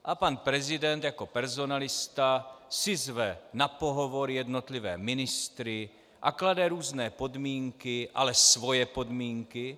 A pan prezident jako personalista si zve na pohovor jednotlivé ministry a klade různé podmínky, ale svoje podmínky.